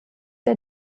der